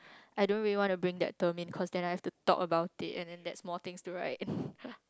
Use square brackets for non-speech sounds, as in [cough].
I don't really wanna bring that term in cause then I have to talk about it and then there's more thing to write [breath] [laughs]